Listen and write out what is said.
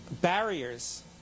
barriers